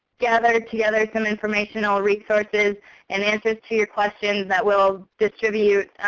gather together some informational resources and answers to your questions that we'll distribute